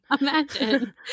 imagine